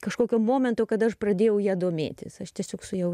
kažkokio momento kad aš pradėjau ja domėtis aš tiesiog su ja už